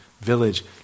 village